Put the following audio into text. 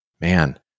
Man